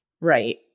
Right